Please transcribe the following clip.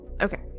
Okay